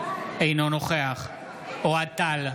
אינו נוכח אוהד טל,